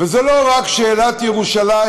וזו לא רק שאלת ירושלים,